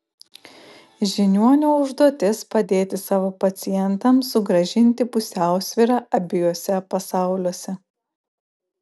žiniuonio užduotis padėti savo pacientams sugrąžinti pusiausvyrą abiejuose pasauliuose